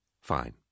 Fine